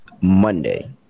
Monday